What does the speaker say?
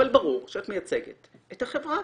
אבל ברור שאת מייצגת את החברה,